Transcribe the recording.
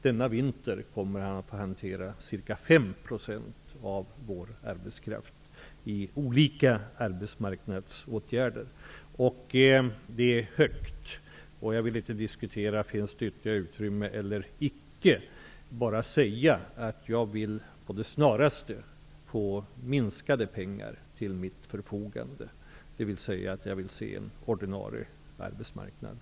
Denna vinter kommer han att få ta hand om ca 5 % av vår arbetskraft i olika arbetsmarknadsåtgärder. Det är högt, och jag vill inte diskutera om det finns ytterligare utrymme eller inte. Jag vill med det snaraste komma i den situationen att jag behöver mindre pengar till mitt förfogande, dvs. en situation där vi åter har en ordinarie arbetsmarknad.